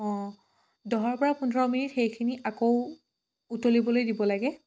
দহৰ পৰা পোন্ধৰ মিনিট সেইখিনি আকৌ উতলিবলৈ দিব লাগে